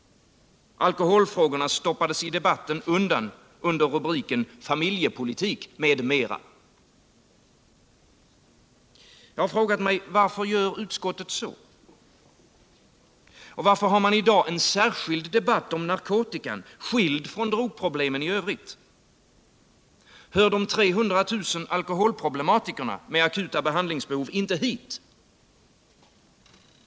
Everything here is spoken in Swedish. Alkoholfrågorna stoppades i debatten undan under rubriken Familjepolitik, m.m. Jag har frågat mig: Varför gör utskottet så? Varför har man i dag en särskild debatt om narkotikan, skild från drogproblemen i övrigt? Hör de 300 000 alkoholproblematikerna med akuta behandlingsbehov inte hit?